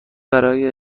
برای